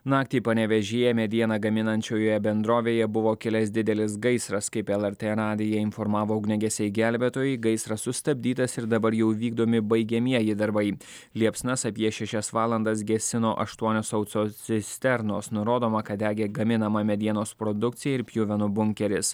naktį panevėžyje medieną gaminančioje bendrovėje buvo kilęs didelis gaisras kaip lrt radiją informavo ugniagesiai gelbėtojai gaisras sustabdytas ir dabar jau vykdomi baigiamieji darbai liepsnas apie šešias valandas gesino aštuonios autocisternos nurodoma kad degė gaminama medienos produkcija ir pjuvenų bunkeris